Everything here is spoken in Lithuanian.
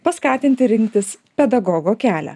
paskatinti rinktis pedagogo kelią